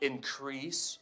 Increase